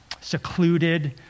secluded